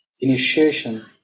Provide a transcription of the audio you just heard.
initiation